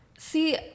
See